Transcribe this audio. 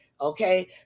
Okay